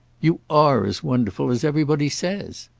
you are as wonderful as everybody says!